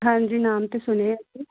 ਹਾਂਜੀ ਨਾਮ ਤਾਂ ਸੁਣਿਆ